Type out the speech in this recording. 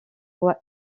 roi